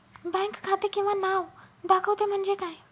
Bank खाते किंवा नाव दाखवते म्हणजे काय?